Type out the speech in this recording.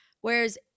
Whereas